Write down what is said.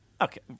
Okay